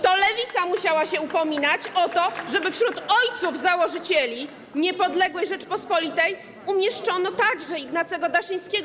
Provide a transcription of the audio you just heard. To lewica musiała się upominać o to, żeby wśród ojców założycieli niepodległej Rzeczypospolitej umieszczono także Ignacego Daszyńskiego.